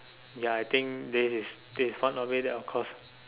ya I think this is this is part of it then of course